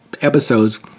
episodes